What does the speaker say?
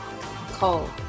Cold